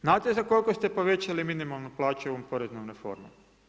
Znate za koliko ste povećali minimalnu plaću ovom poreznom reformom?